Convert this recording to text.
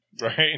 Right